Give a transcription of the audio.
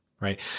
Right